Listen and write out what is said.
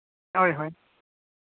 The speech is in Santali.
ᱦᱳᱭ ᱦᱳᱭ